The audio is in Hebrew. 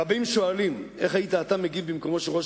רבים שואלים: איך היית אתה מגיב במקומו של ראש